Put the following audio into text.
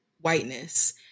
whiteness